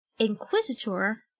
Inquisitor